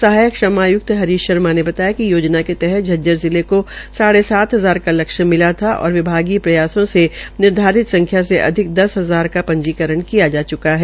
सहायक श्रम आयुक्त हरीश शर्मा ने बताया कि योजना के तहत झज्जर जिले के साढ़े सात हजार का लक्ष्य मिला था और विभागीय प्रयासों से निर्धारित संख्या से अधिक दस हजार का पंजीकरण किया जा च्का है